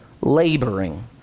laboring